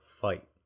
fight